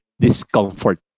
discomfort